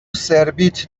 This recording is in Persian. سربیت